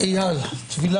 הישיבה ננעלה בשעה